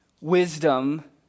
Wisdom